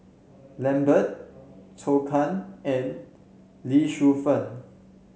Lambert Zhou Can and Lee Shu Fen